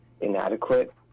inadequate